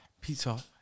pizza